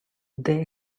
they